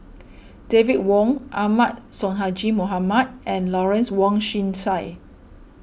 David Wong Ahmad Sonhadji Mohamad and Lawrence Wong Shyun Tsai